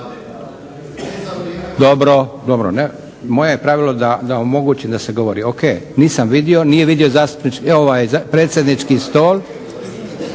dobro. Moje je pravilo da omogućim da se govori. O.K. Nisam vidio, nije vidio predsjednički sto.